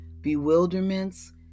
bewilderments